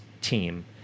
team